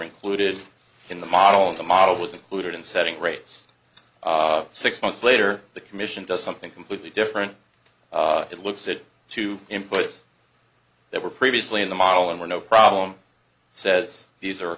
included in the model and the model was included in setting rates six months later the commission does something completely different it looks it to inputs that were previously in the model and were no problem says these are